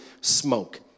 smoke